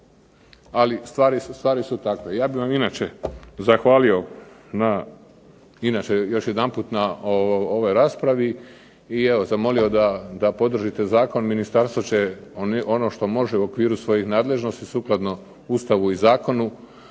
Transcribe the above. Ali stvari su takve. Ja bih vam inače zahvalio na, inače još jedanput na ovoj raspravi, i evo zamolio da podržite zakon. Ministarstvo će, ono što može u okviru svojih nadležnosti, sukladno Ustavu i zakonu